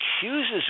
accuses